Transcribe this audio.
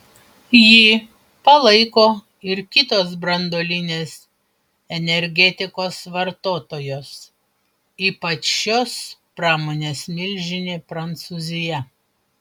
jį palaiko ir kitos branduolinės energetikos vartotojos ypač šios pramonės milžinė prancūzija